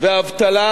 ואבטלה